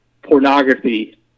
pornography